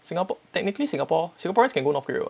singapore technically singapore singaporeans can go north korea what